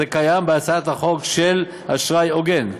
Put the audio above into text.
זה קיים בהצעת החוק של אשראי הוגן.